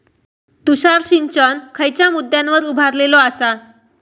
तुषार सिंचन खयच्या मुद्द्यांवर उभारलेलो आसा?